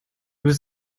was